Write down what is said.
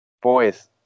Boys